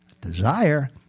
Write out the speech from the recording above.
desire